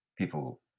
people